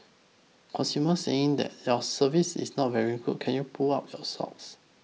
consumers are saying that your service is not very good can you pull up your socks